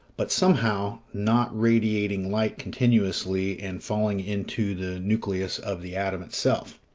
but somehow not radiating light continuously and falling into the nucleus of the atom itself.